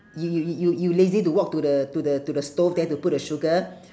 you you you you you lazy to walk to the to the to the stove there to put the sugar